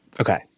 Okay